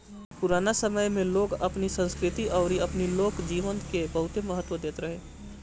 पुराना समय में लोग अपनी संस्कृति अउरी अपनी लोक जीवन के बहुते महत्व देत रहे